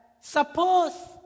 Suppose